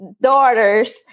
daughter's